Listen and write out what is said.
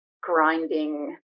grinding